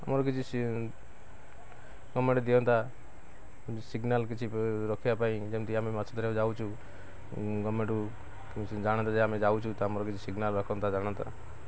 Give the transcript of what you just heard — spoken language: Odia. ଆମର କିଛି ଗଭ୍ମେଣ୍ଟ୍ ଦିଅନ୍ତା ସିଗ୍ନାଲ୍ କିଛି ରଖିବା ପାଇଁ ଯେମିତି ଆମେ ମାଛ ଧରି ଯାଉଛୁ ଗଭ୍ମେଣ୍ଟ୍ ଜାଣନ୍ତୁ ଯେ ଆମେ ଯାଉଛୁ ତ ଆମର କିଛି ସିଗ୍ନାଲ୍ ରଖନ୍ତା ଜାଣନ୍ତା